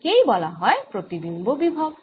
একেই বলা হয় প্রতিবিম্ব বিভব